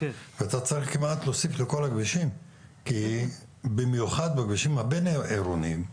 ואתה צריך להוסיף לכל הכבישים במיוחד בכבישים הבין-עירוניים,